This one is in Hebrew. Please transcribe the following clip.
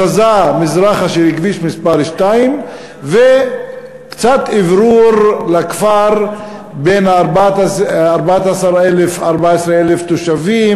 הזזה מזרחה של כביש מס' 2 וקצת אוורור לכפר בן 14,000 התושבים,